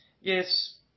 Yes